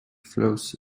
flows